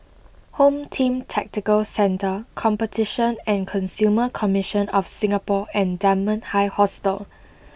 Home Team Tactical Centre Competition and Consumer Commission of Singapore and Dunman High Hostel